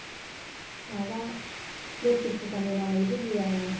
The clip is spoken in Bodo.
माबा लोखि फुजानि नामै होयो आङो बिदिनो